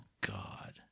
God